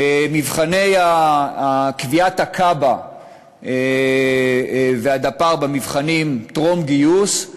מבחני קביעת הקב"א והדפ"ר במבחני טרום-גיוס,